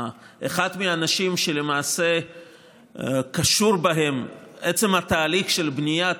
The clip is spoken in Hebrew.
אחד האנשים שלמעשה עצם התהליך של בניית